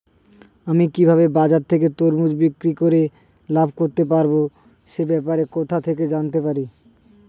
আমি কিভাবে বাজার থেকে তরমুজ বিক্রি করে লাভ করতে পারব সে ব্যাপারে কোথা থেকে জানতে পারি?